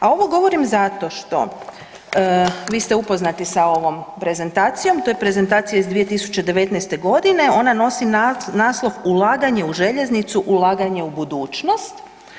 A ovo govorim zato što vi ste upoznati sa ovom prezentacijom to je prezentacija iz 2019. godine ona nosi naslov Ulaganje u željeznicu, ulaganje u budućnost.